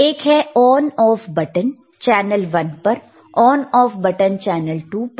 एक है on off button channel 1 पर ऑन ऑफ बटन चैनल 2 पर